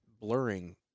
blurring